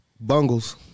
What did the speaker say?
Bungles